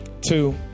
two